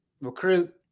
recruit